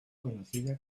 conocida